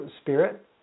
spirit